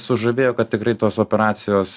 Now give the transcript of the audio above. sužavėjo kad tikrai tos operacijos